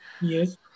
Yes